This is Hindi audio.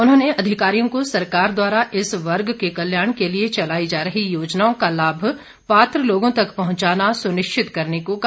उन्होंने अधिकारियों को सरकार द्वारा इस वर्ग के कल्याण के लिए चलाई जा रही योजनाओं का लाभ पात्र लोगों तक पहुंचाना सुनिश्चित करने को कहा